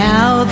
Now